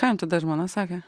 ką jum tada žmona sakė